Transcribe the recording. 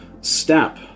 step